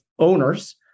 owners